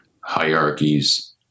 hierarchies